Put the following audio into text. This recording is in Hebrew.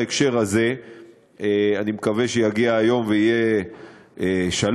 בהקשר הזה אני מקווה שיגיע היום ויהיה שלום,